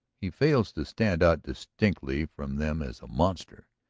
he fails to stand out distinctly from them as a monster.